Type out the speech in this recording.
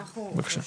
בבקשה.